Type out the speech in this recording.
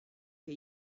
che